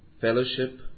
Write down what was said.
Fellowship